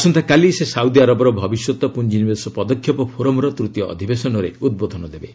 ଆସନ୍ତାକାଲି ସେ ସାଉଦି ଆରବର ଭବିଷ୍ୟତ ପ୍ରଞ୍ଜିନିବେଶ ପଦକ୍ଷେପ ଫୋରମ୍ର ତୂତୀୟ ଅଧିବେଶନରେ ଉଦ୍ବୋଧନ ଦେବେ